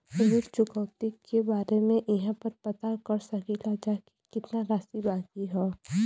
ऋण चुकौती के बारे इहाँ पर पता कर सकीला जा कि कितना राशि बाकी हैं?